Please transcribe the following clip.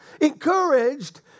encouraged